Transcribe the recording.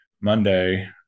Monday